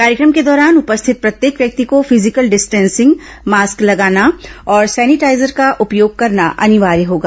कार्यक्रम के दौरान उपस्थित प्रत्येक व्यक्ति को फिजिकल डिस्टेंसिंग मास्क लगाना और सैनिटाईजर का उपयोग करना अनिवार्य होगा